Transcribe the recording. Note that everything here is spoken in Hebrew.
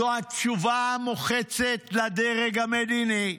זאת התשובה המוחצת לדרג המדיני,